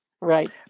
Right